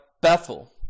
Bethel